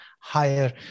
higher